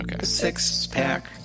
Six-pack